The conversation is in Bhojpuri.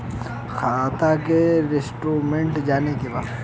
खाता के स्टेटमेंट जाने के बा?